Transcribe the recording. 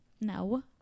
no